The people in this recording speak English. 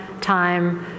time